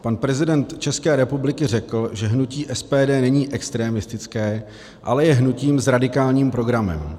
Pan prezident České republiky řekl, že hnutí SPD není extremistické, ale je hnutím s radikálním programem.